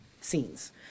scenes